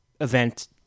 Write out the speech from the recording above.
event